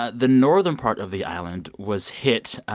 ah the northern part of the island was hit